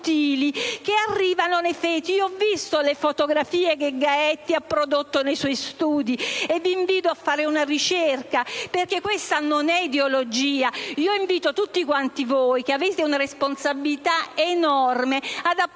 che arrivano nei feti. Ho visto le fotografie che il collega Gaetti ha prodotto nei suoi studi, e vi invito ad effettuare una ricerca, perché questa non è ideologia. Invito tutti voi, che avete una responsabilità enorme, ad approfondire